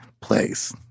place